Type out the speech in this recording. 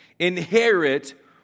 inherit